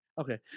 Okay